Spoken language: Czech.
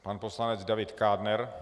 Pan poslanec David Kádner.